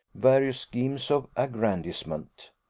various schemes of aggrandizement.